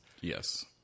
Yes